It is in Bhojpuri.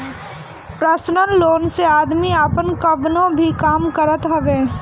पर्सनल लोन से आदमी आपन कवनो भी काम करत हवे